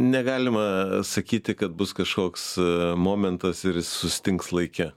negalima sakyti kad bus kažkoks momentas ir jis sustings laike